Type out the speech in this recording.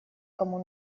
кому